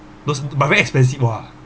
those but very expensive !wah!